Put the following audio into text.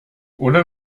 oder